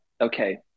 okay